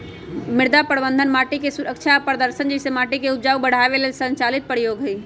मृदा प्रबन्धन माटिके सुरक्षा आ प्रदर्शन जइसे माटिके उपजाऊ बढ़ाबे लेल संचालित प्रयोग हई